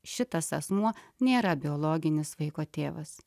šitas asmuo nėra biologinis vaiko tėvas